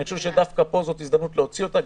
אני חושב שדווקא פה זו הזדמנות להוציא אותה.